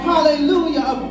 Hallelujah